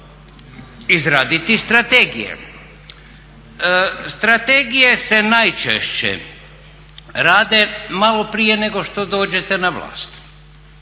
izraditi strategije. Strategije se najčešće rade malo prije nego što dođete na vlast.